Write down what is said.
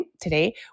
today